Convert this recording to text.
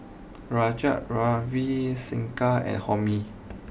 Raj Ravi Shankar and Homi